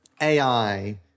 AI